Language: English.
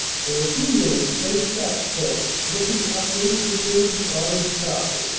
for a few minutes they sat so, looking up into the changing autumn sky,